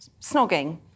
snogging